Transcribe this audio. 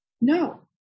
No